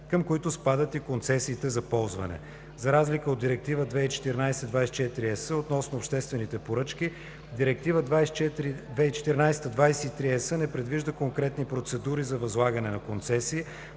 към които спадат и концесиите за ползване. За разлика от Директива 2014/24/ЕС относно обществените поръчки, Директива 2014/23/ЕС не предвижда конкретни процедури за възлагането на концесии,